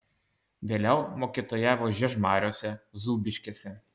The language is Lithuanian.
vėliau mokytojavo žiežmariuose zūbiškėse